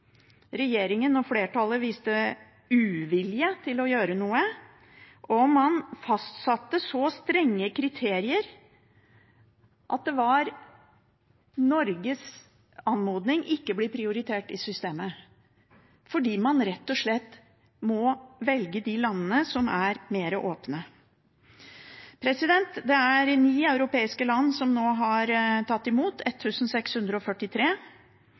Regjeringen og flertallet viste uvilje til å gjøre noe, og man fastsatte så strenge kriterier at Norges anmodning ikke ble prioritert i systemet, fordi man rett og slett må velge de landene som er mer åpne. Det er ni europeiske land som nå har tatt imot